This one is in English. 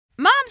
Moms